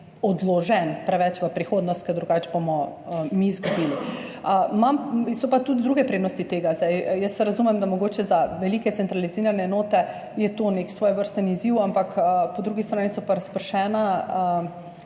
odložen preveč v prihodnost, ker drugače bomo mi izgubili. So pa tudi druge prednosti tega. Jaz razumem, da je mogoče za velike, centralizirane enote to nek svojevrsten izziv, ampak po drugi strani pa razpršena